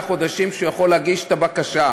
חודשים שבו הוא יכול להגיש את הבקשה.